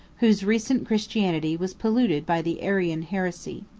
whose recent christianity was polluted by the arian heresy.